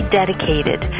dedicated